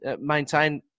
maintain